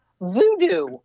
voodoo